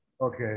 Okay